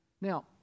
Now